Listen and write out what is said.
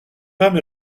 femme